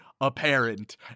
apparent